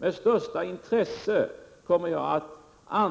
Med största intresse kommer jag att